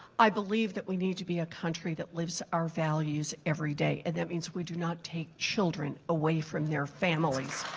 i believe that we need to be a country that lives our values every day and that means we do not take children away from their families.